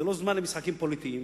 זה לא זמן למשחקים פוליטיים,